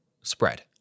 spread